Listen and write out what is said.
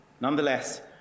Nonetheless